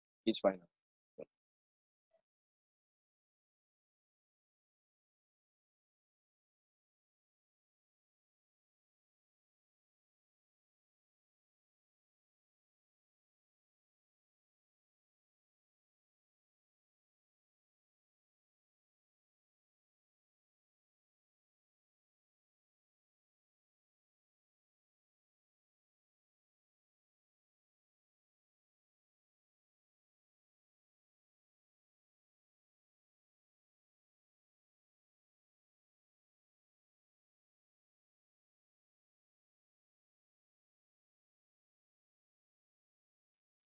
it's fine ah